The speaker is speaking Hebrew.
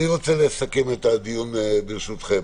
אני רוצה לסכם את הדיון, ברשותכם.